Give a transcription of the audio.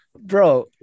bro